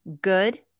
Good